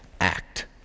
act